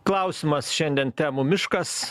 klausimas šiandien temų miškas